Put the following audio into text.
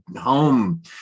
home